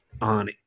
on